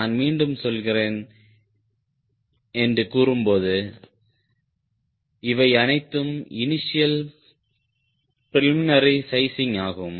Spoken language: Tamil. ஆனால் நான் மீண்டும் சொல்கிறேன் என்று கூறும்போது இவை அனைத்தும் இனிஷியல் ப்ரீலிமினரி சைசிங் ஆகும்